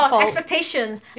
expectations